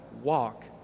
walk